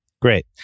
Great